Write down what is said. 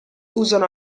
usano